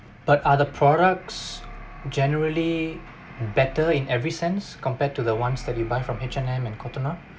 but are the products generally better in every sense compared to the ones that you buy from H&M and Cotton On